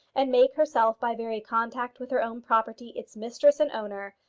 and make herself by very contact with her own property its mistress and owner,